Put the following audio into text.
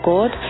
God